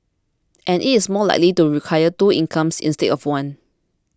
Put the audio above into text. and it is more likely to require two incomes instead of one